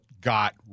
got